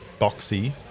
boxy